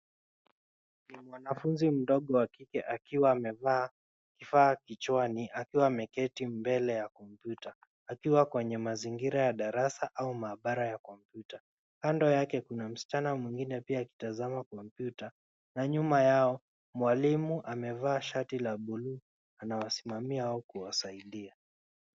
Ni mwanafunzi mdogo wa kike akiwa amevaa kifaa kichwani; akiwa ameketi mbele ya kompyuta akiwa kwenye mazingira ya darasa ua maabara ya kompyuta. Kando yake kuna msichana mwingine pia akitazama kompyuta na nyuma yao mwalimu amevaa shati la buluu anawasimamia au kuwasaidia.